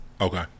Okay